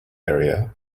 area